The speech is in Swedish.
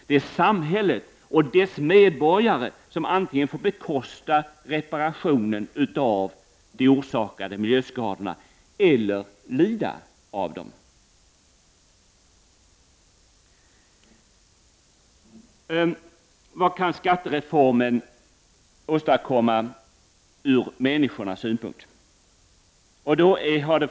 Det är alltså samhället och dess medborgare som antingen får bekosta den reparation som behövs till följd av uppkomna miljöskador eller också lida av dessa. Vad kan då skattereformen åstadkomma från människornas synpunkt?